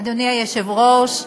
אדוני היושב-ראש,